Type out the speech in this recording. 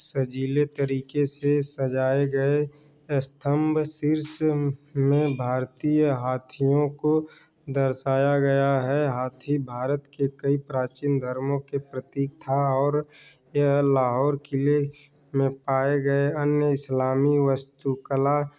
सजीले तरीके से सजाए गए स्तंभ शीर्ष में भारतीय हाथियों को दर्शाया गया है हाथी भारत के कई प्राचीन धर्मों में प्रतीक था और यह लाहौर किले में पाए गए अन्य इस्लामी वास्तुकला